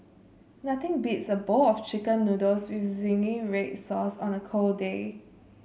nothing beats a bowl of chicken noodles with zingy red sauce on a cold day